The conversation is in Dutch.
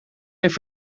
heeft